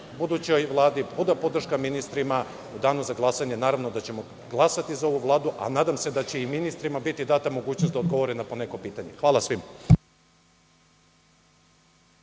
budućoj Vladi, puna podrška ministrima.U danu za glasanje, naravno da ćemo glasati za ovu Vladu, a nadam se da će i ministrima biti data mogućnost da odgovore na poneko pitanje. Hvala svima.